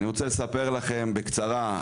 אני רוצה לספר לכם בקצרה,